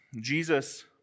Jesus